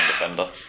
defender